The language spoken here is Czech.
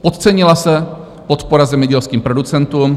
Podcenila se podpora zemědělským producentům.